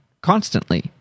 constantly